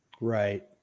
Right